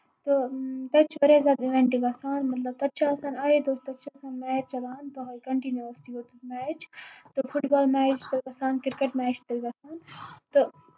تہٕ تَتہِ چھِ واریاہ زیادٕ اِوینٹ گژھان مطلب تَتہِ چھُ آسان آیہ دۄہ چھُ آسان میچ چلان دۄہوے کَنٹِنوٗویسلی گوٚو تتہِ میچ تہٕ فٹ بال میچ تہِ آسان کِرکٹ میچ تہِ گژھان تہٕ